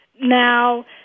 Now